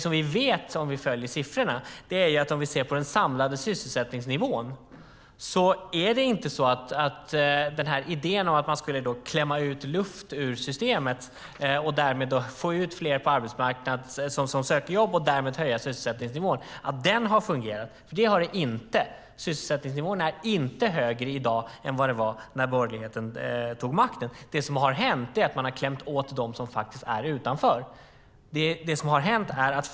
Om vi följer siffrorna och ser på den samlade sysselsättningsnivån vet vi att idén om att man skulle klämma luft ur systemet och därmed få ut fler på arbetsmarknaden som söker jobb och på så sätt höja sysselsättningsnivån inte har fungerat. Sysselsättningsnivån är inte högre i dag än den var när borgerligheten tog makten. Det som har hänt är att man klämt åt dem som är utanför.